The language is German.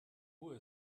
uhr